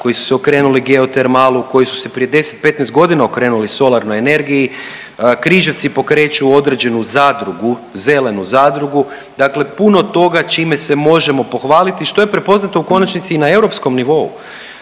koji su se okrenuli geotermalu, koji su se prije 10, 15 godina okrenuli solarnoj energiji. Križevci pokreću određenu zadrugu, zelenu zadrugu. Dakle, puno toga čime se možemo pohvaliti što je prepoznato u konačnici i na europskom nivou